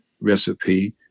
recipe